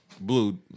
Blue